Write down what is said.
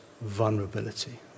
vulnerability